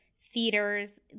theaters